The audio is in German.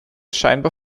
scheinbar